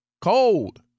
Cold